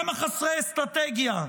כמה חסרי אסטרטגיה?